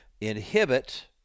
inhibit